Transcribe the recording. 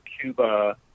Cuba